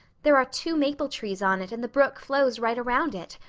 there are two maple trees on it and the brook flows right around it.